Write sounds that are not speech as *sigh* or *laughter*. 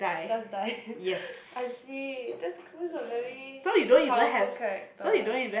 just die *laughs* I see that's that's a very powerful character